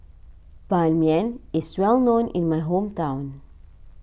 Ban Mian is well known in my hometown